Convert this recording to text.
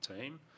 team